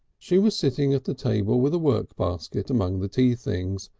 she was sitting at the table with a workbasket among the tea things,